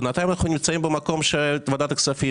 בינתיים אנחנו נמצאים במקום שוועדת הכספים